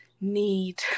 need